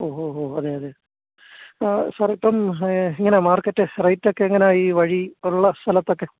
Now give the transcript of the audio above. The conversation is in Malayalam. ഓഹ് ഹോ ഹോ അതേ അതേ സർ ഇപ്പം എങ്ങനെയാ മാർക്കറ്റ് റേയ്റ്റ് ഒക്കെ എങ്ങനെയാ ഈ വഴി ഉള്ള സലത്തൊക്കെ